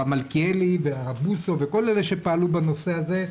הרב מלכיאלי והרב בוסו וכל אלה שפעלו בנושא הזה,